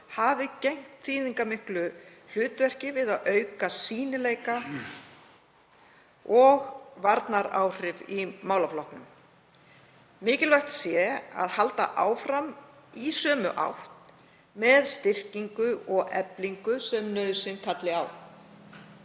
hafi gegnt þýðingarmiklu hlutverki við að auka sýnileika og varnaráhrif í málaflokknum. Mikilvægt sé að halda áfram í sömu átt með styrkingu og eflingu sem nauðsyn kalli á.